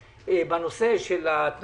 ומה עם אלה שלא